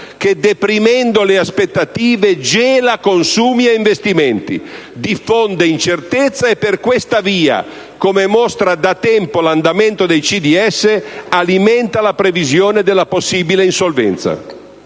che, deprimendo le aspettative, gela consumi e investimenti, diffonde incertezza e per questa via - come mostra da tempo l'andamento dei CDS - alimenta la previsione della possibile insolvenza.